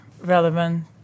relevant